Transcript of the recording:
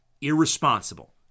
irresponsible